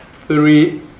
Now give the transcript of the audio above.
three